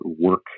work